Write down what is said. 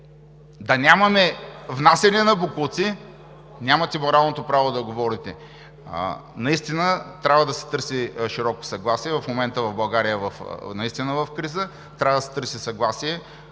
да нямаме внасяне на боклуци, нямате моралното право да говорите. Наистина трябва да се търси широко съгласие. В момента България е в криза – трябва да се търси съгласие.